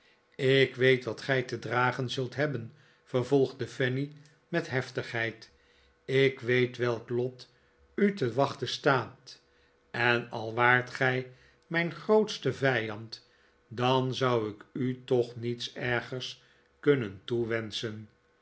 ik weet wat gij te dragen zult hebben vervolgde fanny met heftigheid ik weet welk lot u te wachten staat en al waart gij mijn grootste vijand dan zou ik u toch niets ergers kunnen toewenschen